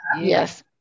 Yes